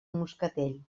moscatell